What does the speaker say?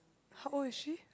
how old is she